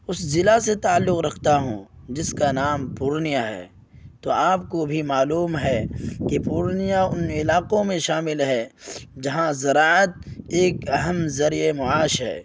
اس ضلع سے تعلق رکھتا ہوں جس کا نام پورنیہ ہے تو آپ کو بھی معلوم ہے کہ پورنیہ ان علاقوں میں شامل ہے جہاں زراعت ایک اہم ذریعۂ معاش ہے